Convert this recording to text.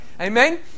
Amen